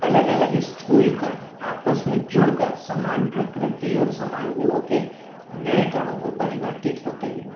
अलग अलग इस्थूल कण आपस में जुड़कर समान प्रकृति और समान गुणों के नए कणों में परिवर्तित होते हैं